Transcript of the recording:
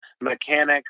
mechanics